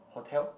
hotel